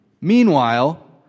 Meanwhile